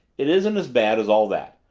it isn't as bad as all that.